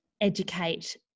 educate